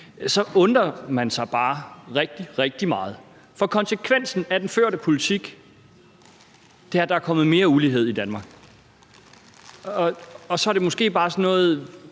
– undrer man sig bare rigtig, rigtig meget. For konsekvensen af den førte politik er, at der er kommet mere ulighed i Danmark, og så er det måske bare sådan noget,